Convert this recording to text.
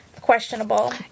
questionable